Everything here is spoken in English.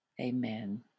Amen